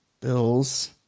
Bills